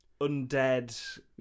undead